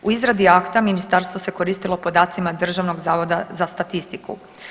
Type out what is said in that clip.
U izradi akta ministarstvo se koristilo podacima Državnog zavoda za statistiku.